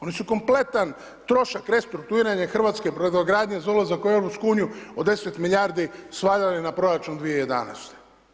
Oni su kompletan trošak restrukturiranje i hrvatske brodogradnje za ulazak u EU, od 10 milijardi usvajali na proračun 2011.